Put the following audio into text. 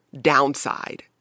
downside